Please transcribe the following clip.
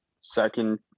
second